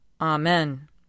Amen